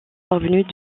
parvenus